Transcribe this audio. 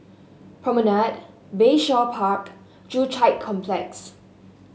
Promenade Bayshore Park Joo Chiat Complex